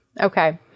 Okay